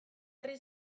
herri